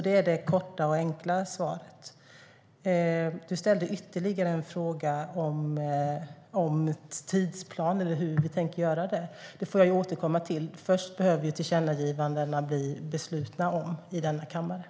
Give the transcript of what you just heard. Det är det korta och enkla svaret. Aron Emilsson ställde en fråga om tidsplanen och hur vi tänker göra detta. Det får jag återkomma till. Först behöver kammaren besluta om tillkännagivandena.